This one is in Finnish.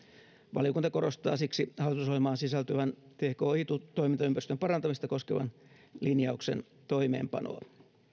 valiokunta korostaa siksi hallitusohjelmaan sisältyvän tki toimintaympäristön parantamista koskevan linjauksen toimeenpanoa